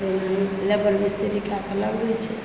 labour मिस्त्री कए कऽ लगबै छै